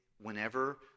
whenever